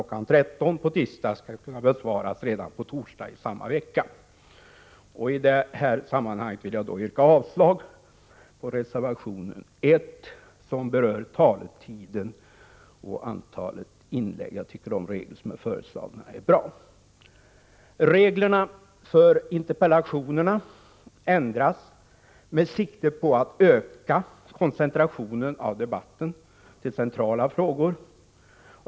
13.00 på tisdag skall kunna besvaras redan på torsdag i samma vecka. I detta sammanhang vill jag yrka avslag på reservation 1, som berör taletiden och antalet inlägg. Jag tycker de regler som är föreslagna är bra. Reglerna för interpellationerna ändras med sikte på att öka koncentrationen av debatten till centrala frågor.